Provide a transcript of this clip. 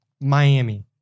Miami